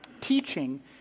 teaching